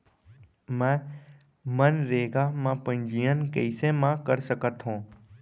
मैं मनरेगा म पंजीयन कैसे म कर सकत हो?